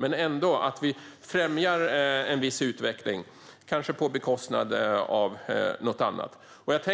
Men det handlar ändå om att främja en viss utveckling, kanske på bekostnad av något annat. Vad